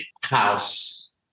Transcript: house